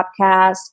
podcast